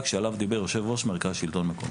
שעליו דיבר יושב-ראש מרכז השלטון המקומי.